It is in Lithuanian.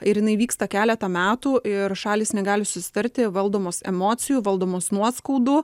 ir jinai vyksta keletą metų ir šalys negali susitarti valdomos emocijų valdomos nuoskaudų